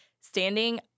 standing